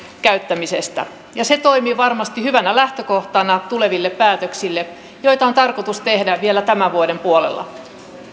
käyttämisestä se toimii varmasti hyvänä lähtökohtana tuleville päätöksille joita on tarkoitus tehdä vielä tämän vuoden puolella seuraavana ministeri